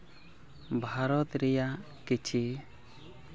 ᱵᱷᱟᱨᱚᱛ ᱨᱮᱭᱟᱜ ᱠᱤᱪᱷᱤ